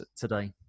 today